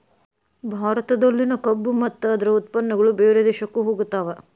ಭಾರತದಲ್ಲಿನ ಕಬ್ಬು ಮತ್ತ ಅದ್ರ ಉತ್ಪನ್ನಗಳು ಬೇರೆ ದೇಶಕ್ಕು ಹೊಗತಾವ